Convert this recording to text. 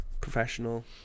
professional